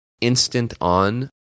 instant-on